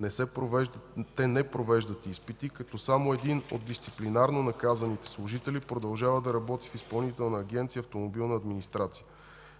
38. Те не провеждат изпити, като само един от дисциплинарно наказаните служители продължава да работи в Изпълнителна агенция „Автомобилна администрация“.